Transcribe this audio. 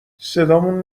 صدامون